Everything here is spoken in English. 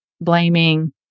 blaming